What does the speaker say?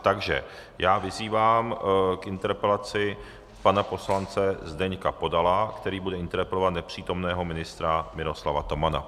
Takže já vyzývám k interpelaci pana poslance Zdeňka Podala, který bude interpelovat nepřítomného ministra Tomana.